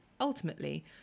ultimately